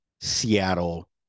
Seattle